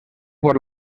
por